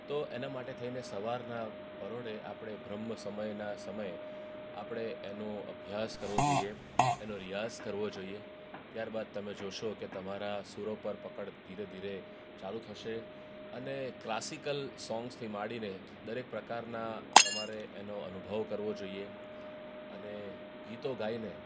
તો એના માટે થઈને સવારનાં પરોઢે આપણે બ્રહ્મ સમયના સમયે આપણે એનો અભ્યાસ કરવો જોઈએ એનો રિયાઝ કરવો જોઈએ ત્યારબાદ તમે જોશો કે તમારા સુરો પર પકડ ધીરે ધીરે ચાલું થશે અને ક્લાસિકલ સોંગ્સથી માંડીને દરેક પ્રકારનાં તમારે એનો અનુભવ કરવો જોઈએ અને ગીતો ગાઈને